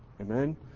Amen